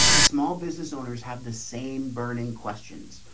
small business owners have the same burning questions.